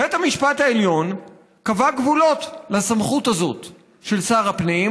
בית המשפט העליון קבע גבולות לסמכות הזאת של שר הפנים,